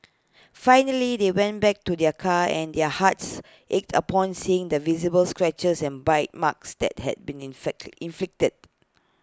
finally they went back to their car and their hearts ached upon seeing the visible scratches and bite marks that had been inflected inflicted